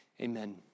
amen